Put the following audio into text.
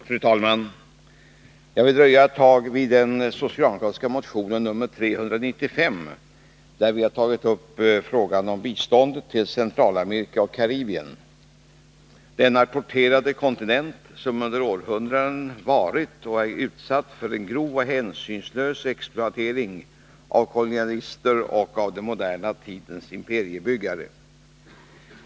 Fru talman! Jag vill dröja en stund vid den socialdemokratiska motionen nr 395, där vi har tagit upp frågan om biståndet till Centralamerika och Karibien, denna torterade kontinent som under århundraden varit och är utsatt för en grov och hänsynslös exploatering av kolonialister och den moderna tidens imperiebyggare.